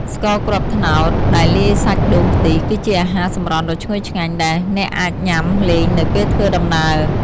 ស្ករគ្រាប់ត្នោតដែលលាយសាច់ដូងខ្ទិះ គឺជាអាហារសម្រន់ដ៏ឈ្ងុយឆ្ងាញ់ដែលអ្នកអាចញ៉ាំលេងនៅពេលធ្វើដំណើរ។